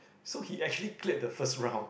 so he actually cleared the first round